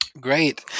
Great